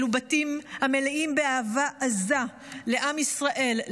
אלה בתים המלאים באהבה עזה לעם ישראל,